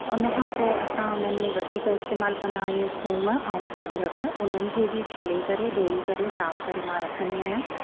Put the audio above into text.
हुनखां पोइ असां हुननि में वधीक इस्तेमालु कंदा आहियूं थूम ऐं अदरक हुननि खे छिले करे धोई करे साफ़ु करे मां रखंदी आहियां